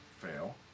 Fail